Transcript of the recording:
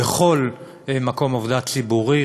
בכל מקום עבודה ציבורי,